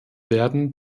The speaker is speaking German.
werden